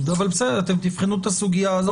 לחולים ולכל השאר.